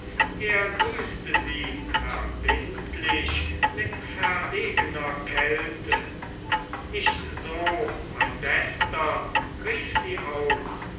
er grüßte sie verbindlich mit verlegener kälte nicht so mein bester rief sie aus